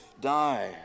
die